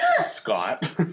Scott